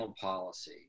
policy